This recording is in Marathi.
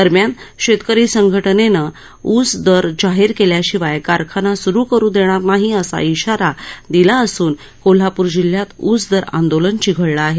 दरम्यान शेतकरी संघटनेने ऊस दर जाहीर केल्याशिवाय कारखाना स्रु करू देणार नाही असा इशारा दिला असून कोल्हापूर जिल्ह्यात ऊस दर आंदोलन चिघळलं आहे